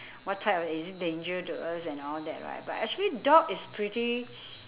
what type of is it danger to us and all that right but actually dog is pretty